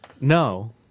No